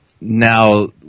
now